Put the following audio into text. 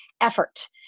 effort